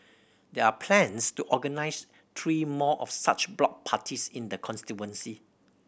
there are plans to organise three more of such block parties in the constituency